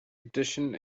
addition